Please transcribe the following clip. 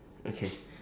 okay